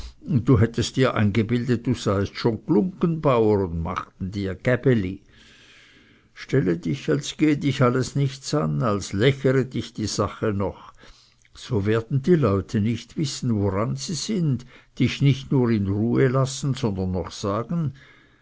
du hättest dir eingebildet du seiest schon glunggenbauer und machten dir gäbeli stelle dich als gehe dich alles nichts an als lächere dich die sache noch so werden die leute nicht wissen woran sie sind dich nicht nur in ruhe lassen sondern noch sagen